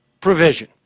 provision